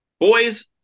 boys